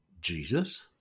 Jesus